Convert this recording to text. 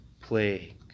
plague